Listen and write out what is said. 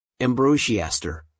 Ambrosiaster